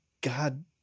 God